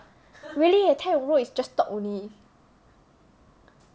really leh tai yong role is just talk only